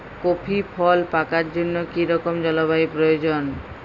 Coffee ফল পাকার জন্য কী রকম জলবায়ু প্রয়োজন?